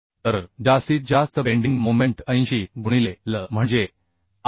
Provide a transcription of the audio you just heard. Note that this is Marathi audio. तर जास्तीत जास्त बेंडिंग मोमेंट 80 गुणिले L म्हणजे 8